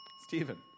Stephen